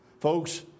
Folks